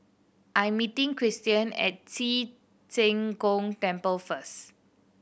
I'm meeting Kristian at Ci Zheng Gong Temple first